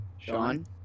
Sean